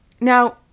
Now